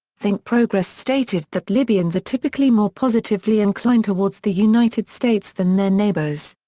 think progress stated that libyans are typically more positively inclined towards the united states than their neighbors.